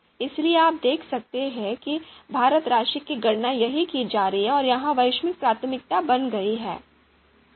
इसलिए आप देख सकते हैं कि इस भारित राशि की गणना यहाँ की जा रही है और यह वैश्विक प्राथमिकता बन गई है